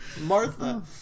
Martha